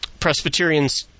Presbyterians